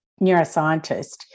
neuroscientist